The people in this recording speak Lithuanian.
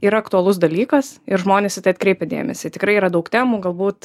yra aktualus dalykas ir žmonės į tai atkreipia dėmesį tikrai yra daug temų galbūt